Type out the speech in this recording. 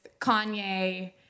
Kanye